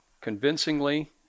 convincingly